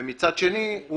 ומצד שני,